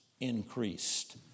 increased